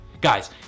Guys